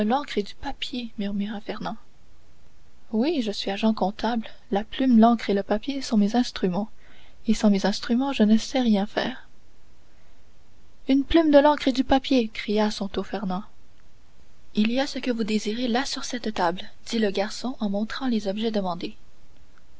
et du papier murmura fernand oui je suis agent comptable la plume l'encre et le papier sont mes instruments et sans mes instruments je ne sais rien faire une plume de l'encre et du papier cria à son tour fernand il y a ce que vous désirez là sur cette table dit le garçon en montrant les objets demandés